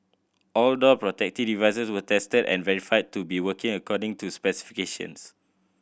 all door protective devices were tested and verified to be working according to specifications